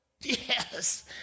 Yes